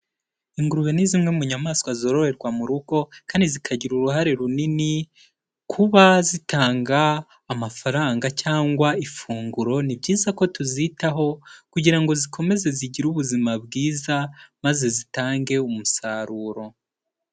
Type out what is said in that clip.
Ingurube ni zimwe mu nyamaswa zororerwa mu rugo kandi zikagira uruhare runini kuba zitanga amafaranga cyangwa ifunguro, ni byiza ko tuzitaho kugira ngo zikomeze zigire ubuzima bwiza maze zitange umusaruro.